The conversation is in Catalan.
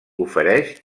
ofereix